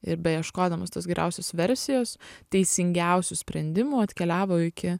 ir beieškodamas tos geriausios versijos teisingiausių sprendimų atkeliavo iki